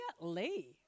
Lee